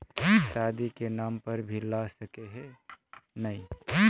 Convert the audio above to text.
शादी के नाम पर भी ला सके है नय?